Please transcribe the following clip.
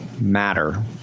matter